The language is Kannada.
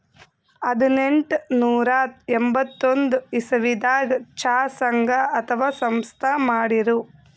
ಹದನೆಂಟನೂರಾ ಎಂಬತ್ತೊಂದ್ ಇಸವಿದಾಗ್ ಚಾ ಸಂಘ ಅಥವಾ ಸಂಸ್ಥಾ ಮಾಡಿರು